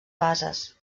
bases